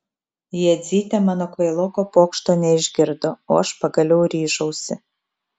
jadzytė mano kvailoko pokšto neišgirdo o aš pagaliau ryžausi